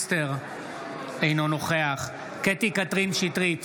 אינו נוכח קטי קטרין שטרית,